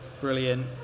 brilliant